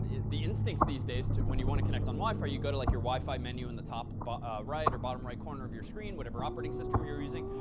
the instincts these days, when you want to connect on wi-fi, you go to like your wi-fi menu in the top but ah right or bottom right corner of your screen, whatever operating system you're using.